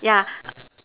yeah